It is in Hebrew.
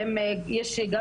שיש גם